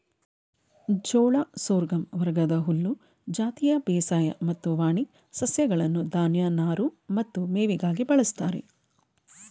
ಜೋಳ ಸೋರ್ಗಮ್ ವರ್ಗದ ಹುಲ್ಲು ಜಾತಿಯ ಬೇಸಾಯ ಮತ್ತು ವಾಣಿ ಸಸ್ಯಗಳನ್ನು ಧಾನ್ಯ ನಾರು ಮತ್ತು ಮೇವಿಗಾಗಿ ಬಳಸ್ತಾರೆ